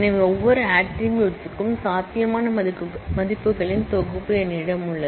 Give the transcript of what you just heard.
எனவே ஒவ்வொரு ஆட்ரிபூட்ஸ் க்கும் சாத்தியமான மதிப்புகளின் தொகுப்பு என்னிடம் உள்ளது